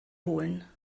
holen